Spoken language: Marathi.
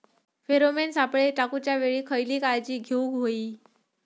फेरोमेन सापळे टाकूच्या वेळी खयली काळजी घेवूक व्हयी?